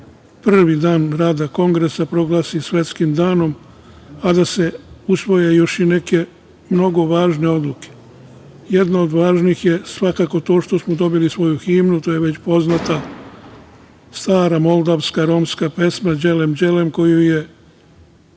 prvi dan rada Kongresa proglasi svetskim danom, a da se usvoje još neke mnogo važne odluke. Jedna od važnih je svakako to što smo dobili svoju himnu, to je već poznata stara moldavska romska pesma „Đelem, đelem“ koju je